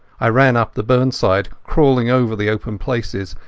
i ran up the burnside, crawling over the open places,